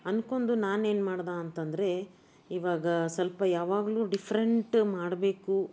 ಅಂದ್ಕೊಂಡು ನಾನೇನು ಮಾಡ್ದೆ ಅಂತ ಅಂದ್ರೆ ಈವಾಗ ಸ್ವಲ್ಪ ಯಾವಾಗ್ಲೂ ಡಿಫ್ರೆಂಟ್ ಮಾಡಬೇಕು